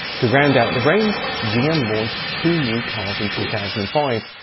to round out the range, gm launched two new cars in two thousand and five.